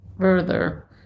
further